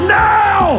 now